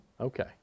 Okay